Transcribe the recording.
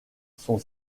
son